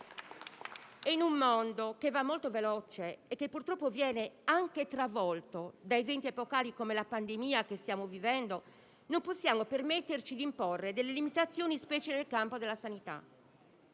In un mondo che va molto veloce e che purtroppo viene anche travolto da eventi epocali, come la pandemia che stiamo vivendo, non possiamo permetterci di imporre delle limitazioni specie nel campo della sanità.